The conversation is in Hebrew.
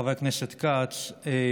חבר הכנסת כץ,